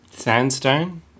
Sandstone